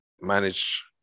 manage